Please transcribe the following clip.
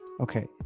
Okay